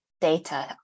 data